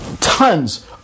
tons